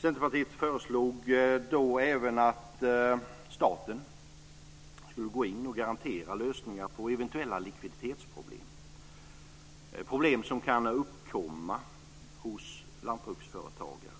Centerpartiet föreslog då även att staten skulle gå in och garantera lösningar på eventuella likviditetsproblem, som kan uppkomma hos lantbruksföretagen.